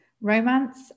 Romance